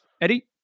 Eddie